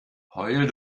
heul